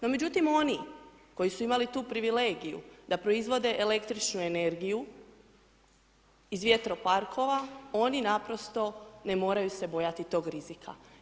No međutim oni koji su imali tu privilegiju da proizvode električnu energiju iz vjetroparkova, oni naprosto ne moraju se bojati tog rizika.